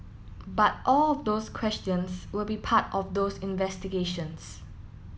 but all of those questions will be part of those investigations